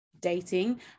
dating